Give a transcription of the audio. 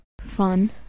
Fun